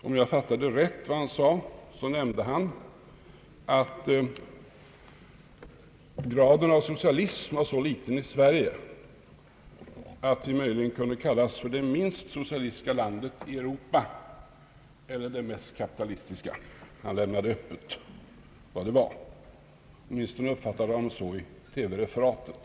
Om jag fattade rätt nämnde han att graden av socialism var så liten i Sverige att det möjligen kunde kallas för det minst socialistiska landet i Europa eller det mest kapitalistiska; han lämnade öppet vilket det var — åtminstone uppfattade jag honom så i TV-referatet.